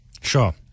Sure